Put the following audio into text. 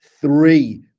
three